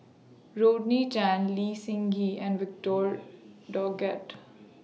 Rodney Tan Lee Seng Gee and Victor Doggett